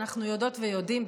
אנחנו יודעות ויודעים,